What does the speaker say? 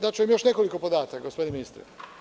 Daću vam još nekoliko podataka, gospodine ministre.